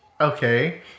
Okay